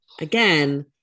again